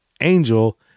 angel